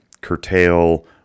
curtail